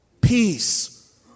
peace